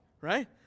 right